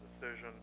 decision